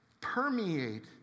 permeate